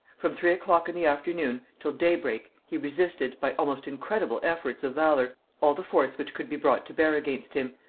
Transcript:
from three o'clock in the afternoon till day-break he resisted, by almost incredible efforts of valor, all the force which could be brought to bear against him,